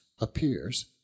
appears